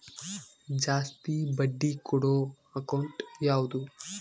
ಜಾಸ್ತಿ ಬಡ್ಡಿ ಕೊಡೋ ಅಕೌಂಟ್ ಯಾವುದು?